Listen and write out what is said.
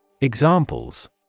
Examples